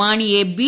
മാണിയെ ബി